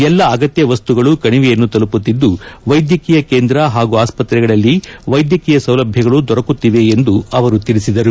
ಎಲ್ಲ ಅಗತ್ಯ ವಸ್ತುಗಳೂ ಕಣಿವೆಯನ್ನು ತಲುಪುತ್ತಿದ್ದು ವೈದ್ಯಕೀಯ ಕೇಂದ್ರ ಹಾಗೂ ಆಸ್ವತ್ರೆಗಳಲ್ಲಿ ವೈದ್ಯಕೀಯ ಸೌಲಭ್ಯಗಳೂ ದೊರಕುತ್ತಿವೆ ಎಂದು ತಿಳಿಸಿದರು